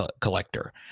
collector